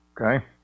Okay